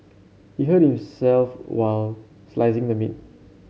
he hurt himself while slicing the meat